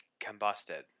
combusted